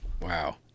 Wow